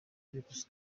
virusi